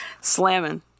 Slamming